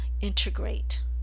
integrate